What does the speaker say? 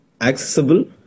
accessible